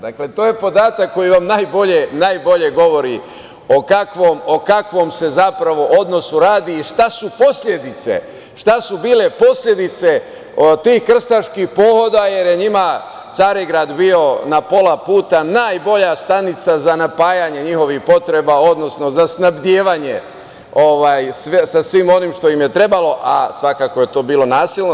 Dakle, to je podatak koji vam najbolje govori o kakvom se zapravo odnosu radi i šta su posledice tih krstaških pohoda, jer je njima Carigrad bio na pola puta, najbolja stanica za napajanje njihovih potreba, odnosno za snabdevanje sa svim onim što im je trebalo, a svakako je to bilo nasilno.